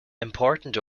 important